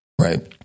right